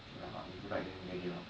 okay lah if you like then get it lah